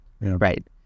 right